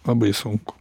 labai sunku